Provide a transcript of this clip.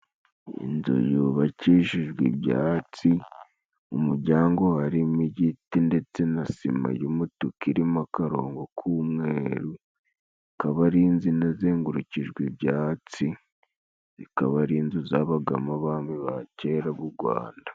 Inzu yubakishijwe ibyatsi, mu mujyango harimo igiti ndetse na sima y'umutuku irimo akarongo k'umweru, ikaba ari inzu inazengurukijwe ibyatsi, zikaba ari inzu zabagamo abami ba kera b'u gwanda.